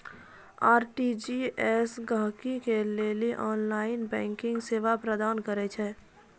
RTGS गहकि के लेली ऑनलाइन बैंकिंग सेवा प्रदान करै छै